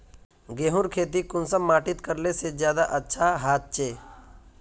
गेहूँर खेती कुंसम माटित करले से ज्यादा अच्छा हाचे?